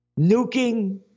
nuking